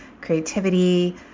creativity